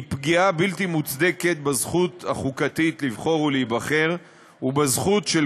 היא פגיעה בלתי מוצדקת בזכות החוקתית לבחור ולהיבחר ובזכות של